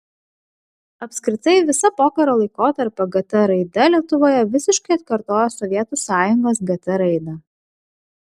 apskritai visa pokario laikotarpio gt raida lietuvoje visiškai atkartoja sovietų sąjungos gt raidą